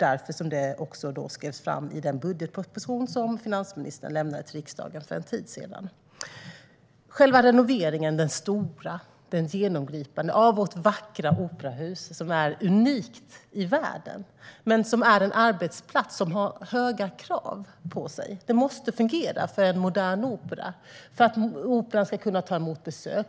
Därför skrevs det fram i den budgetproposition som finansministern lämnade till riksdagen för en tid sedan. När det gäller den stora, genomgripande renoveringen av vårt vackra operahus som är unikt i världen ska vi komma ihåg att det också är en arbetsplats som har höga krav på sig. Det måste fungera för en modern opera, för att Operan ska kunna ta emot besök.